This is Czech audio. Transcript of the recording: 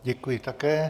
Děkuji také.